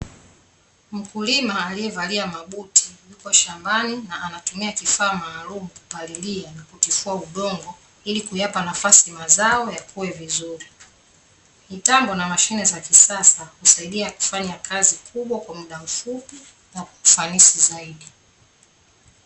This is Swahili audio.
Mkulima aliyevalia mabuti yuko shambani na anatumia kifaa maalum kupalilia na kutifua udongo ili kuyapa nafasi mazao yakue vizuri. Mtambo na mashine za kisasa humsaidia kufanya kazi kubwa kwa muda mfupi na kwa ufanisi zaidi